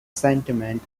sentiment